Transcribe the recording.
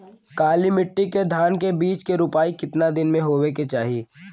काली मिट्टी के धान के बिज के रूपाई कितना दिन मे होवे के चाही?